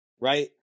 right